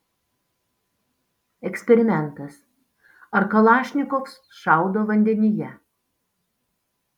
eksperimentas ar kalašnikov šaudo vandenyje